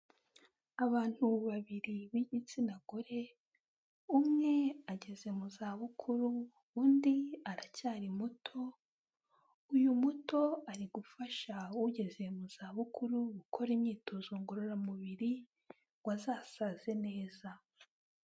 Abantu babiri b'igitsina gore, umwe ageze mu za bukuru undi aracyari muto, uyu muto ari gufasha ugeze mu za bukuru gukora imyitozo ngororamubiri ngo azasaze neza.